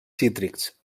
cítrics